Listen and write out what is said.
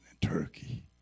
Turkey